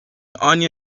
anya